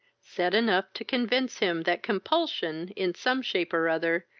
said enough to convince him that compulsion, in some shape or other,